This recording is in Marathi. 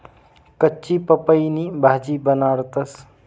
कच्ची पपईनी भाजी बनाडतंस